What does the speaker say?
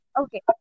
Okay